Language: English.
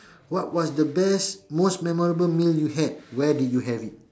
what was the best most memorable meal you had where did you have it